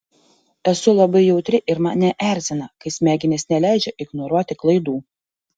esu labai jautri ir mane erzina kai smegenys neleidžia ignoruoti klaidų